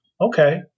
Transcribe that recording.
okay